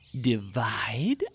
divide